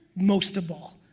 most of all,